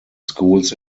schools